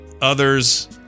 others